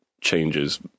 changes